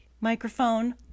microphone